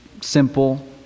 simple